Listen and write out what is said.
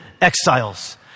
exiles